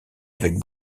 avec